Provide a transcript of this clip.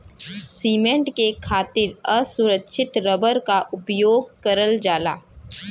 cement के खातिर असुरछित रबर क उपयोग करल जाला